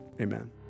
amen